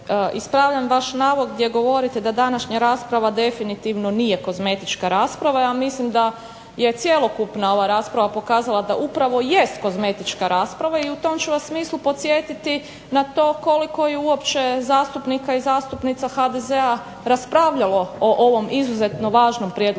ispravljam vaš navod gdje govorite da današnja rasprava definitivno nije kozmetička rasprava, ja mislim da je cjelokupna ova rasprava pokazala da upravo jest kozmetička rasprava i u tom ću vas smislu podsjetiti na to koliko je uopće zastupnika i zastupnica HDZ-a raspravljalo o ovom izuzetno važnom prijedlogu